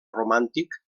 romàntic